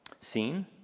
Seen